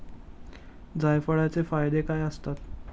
जायफळाचे फायदे काय असतात?